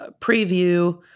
preview